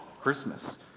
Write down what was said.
Christmas